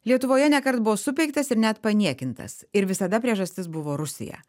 lietuvoje ne kartą buvo supeiktas ir net paniekintas ir visada priežastis buvo rusija